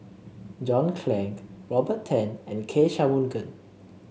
John Clang Robert Tan and K Shanmugam